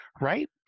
right